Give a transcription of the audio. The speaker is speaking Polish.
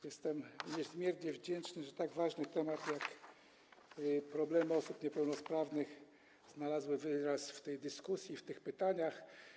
Jestem niezmiernie wdzięczny, że tak ważny temat, jak problemy osób niepełnosprawnych, znalazł wyraz w tej dyskusji, w tych pytaniach.